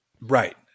Right